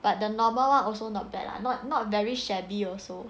but the normal one also not bad lah not not very shabby also